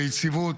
ליציבות,